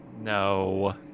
No